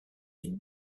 les